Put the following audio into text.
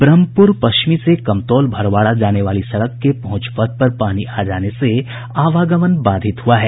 ब्रम्हपुर पश्चिमी से कमतौल भरवाड़ा जाने वाली सड़क के पहुंच पथ पर पानी आ जाने से आवागमन बाधित हुआ है